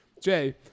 Jay